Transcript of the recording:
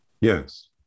Yes